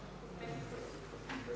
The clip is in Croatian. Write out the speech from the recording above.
Hvala